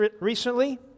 recently